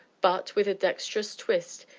but, with a dexterous twist,